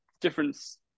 difference